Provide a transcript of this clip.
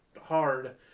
hard